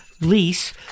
lease